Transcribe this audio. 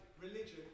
religion